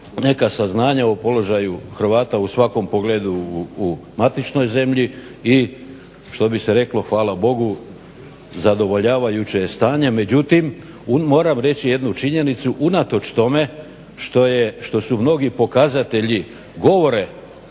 neka saznanja o položaju Hrvata u svakom pogledu u matičnoj zemlji i što bi se reklo hvala Bogu zadovoljavajuće je stanje. Međutim, moram reći jednu činjenicu, unatoč tome što mnogi pokazatelji govore